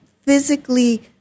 physically